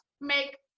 make